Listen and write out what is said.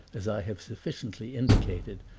as i have sufficiently indicated,